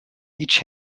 each